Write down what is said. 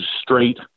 straight